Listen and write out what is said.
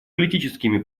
политическими